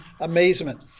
amazement